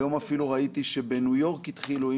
היום אפילו ראיתי שבניו-יורק התחילו,